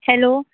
hello